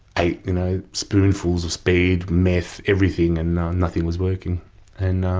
ate you know spoonfuls of speed, meth, everything and nothing was working and